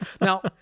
Now